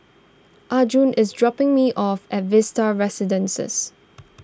Arjun is dropping me off at Vista Residences